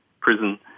prison